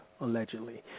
allegedly